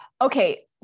Okay